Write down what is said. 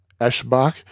Eschbach